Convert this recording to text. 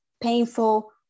painful